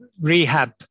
rehab